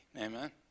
amen